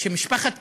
שמשפחת כיוף,